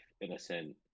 innocent